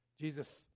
Jesus